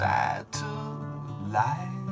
Satellite